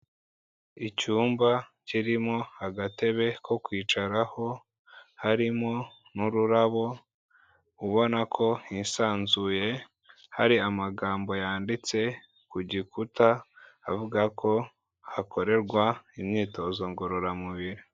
Icyumba kirimo agatebe ko kwicaraho, harimo n'ururabo ubona ko hisanzuye, hari amagambo yanditse ku gikuta, avuga ko hakorerwa imyitozo ngororamubiri.